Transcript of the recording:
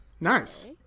nice